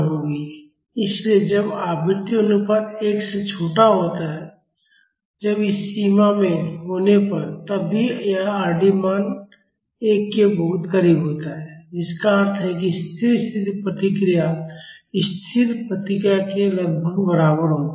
इसलिए जब आवृत्ति अनुपात एक से छोटा होता है जब इस सीमा में होने पर तब भी यह Rd मान 1 के बहुत करीब होता है जिसका अर्थ है कि स्थिर स्थिति प्रतिक्रिया स्थिर प्रतिक्रिया के लगभग बराबर होती है